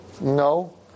No